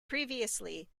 previously